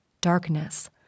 darkness